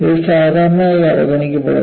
ഇത് സാധാരണയായി അവഗണിക്കപ്പെടും